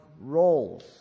roles